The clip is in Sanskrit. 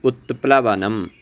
उत्प्लवनम्